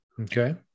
Okay